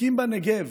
אפיקים בנגב,